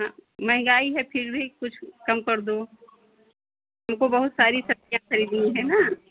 महंगाई है फिर भी कुछ कम कर दो हमको बहुत सारी सब्ज़ियाँ ख़रीदनी है ना